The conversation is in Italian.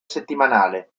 settimanale